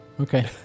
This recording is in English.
Okay